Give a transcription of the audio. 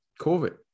COVID